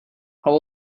how